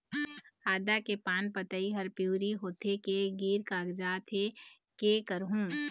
आदा के पान पतई हर पिवरी होथे के गिर कागजात हे, कै करहूं?